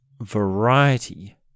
Variety